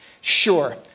Sure